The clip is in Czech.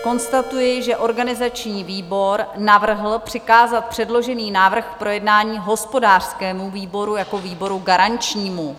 Konstatuji, že organizační výbor navrhl přikázat předložený návrh k projednání hospodářskému výboru jako výboru garančnímu.